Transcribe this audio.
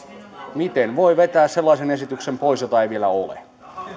miten voi vetää sellaisen esityksen pois jota ei vielä ole